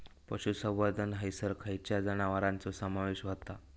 पशुसंवर्धन हैसर खैयच्या जनावरांचो समावेश व्हता?